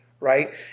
right